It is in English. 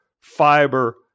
fiber